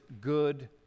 good